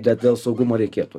bet dėl saugumo reikėtų